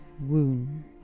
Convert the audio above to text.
wound